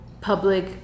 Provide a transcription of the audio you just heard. public